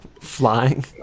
Flying